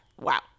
Wow